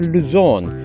Luzon